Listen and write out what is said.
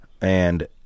And-